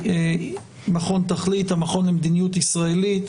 מכון תכלית המכון למדיניות ישראלית.